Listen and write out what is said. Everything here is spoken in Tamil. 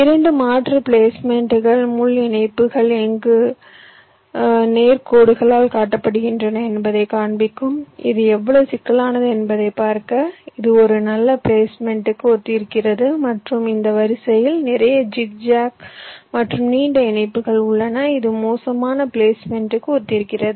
இரண்டு மாற்று பிளேஸ்மென்ட்கள் முள் இணைப்புகள் எங்கு நேர் கோடுகளால் காட்டப்படுகின்றன என்பதை காண்பிக்கும் இது எவ்வளவு சிக்கலானது என்பதைப் பார்க்க இது ஒரு நல்ல பிளேஸ்மென்ட்க்கு ஒத்திருக்கிறது மற்றும் இந்த வரிசையில் நிறைய ஜிக்ஜாக் மற்றும் நீண்ட இணைப்புகள் உள்ளன இது மோசமான பிளேஸ்மென்ட்க்கு ஒத்திருக்கிறது